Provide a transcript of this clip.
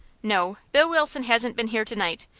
no, bill wilson hasn't been here to-night.